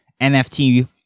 NFT